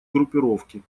группировки